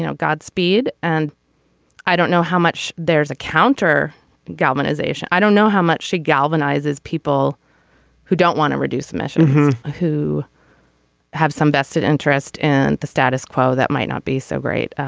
godspeed and i don't know how much. there's a counter globalization i don't know how much she galvanizes people who don't want to reduce mention who have some vested interest in the status quo. that might not be so great.